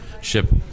ship